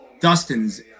Dustin's